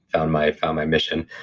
found my found my mission.